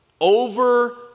over